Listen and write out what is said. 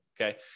okay